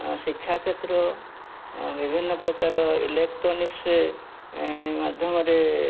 ଶିକ୍ଷା କ୍ଷେତ୍ର ବିଭିନ୍ନ ପ୍ରକାର ଇଲେକ୍ଟ୍ରୋନିକ୍ସ୍ ମାଧ୍ୟମରେ